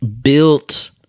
built